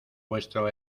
vuestro